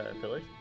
pillars